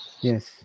Yes